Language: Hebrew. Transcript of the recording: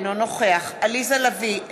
אינו נוכח עליזה לביא,